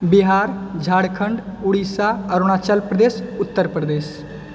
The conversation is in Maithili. बिहार झारखण्ड उड़ीसा अरुणाचल प्रदेश उत्तर प्रदेश